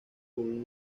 con